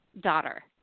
daughter